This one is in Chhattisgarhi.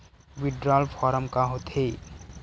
विड्राल फारम का होथेय